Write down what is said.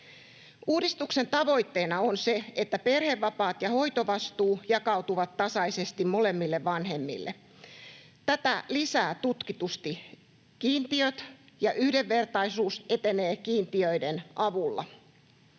Uudistuksen tavoitteena on se, että perhevapaat ja hoitovastuu jakautuvat tasaisesti molemmille vanhemmille. Tätä lisäävät tutkitusti kiintiöt, ja yhdenvertaisuus etenee kiintiöiden avulla.